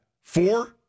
Four